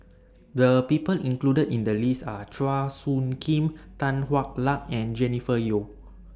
The People included in The list Are Chua Soo Khim Tan Hwa Luck and Jennifer Yeo